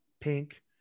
Pink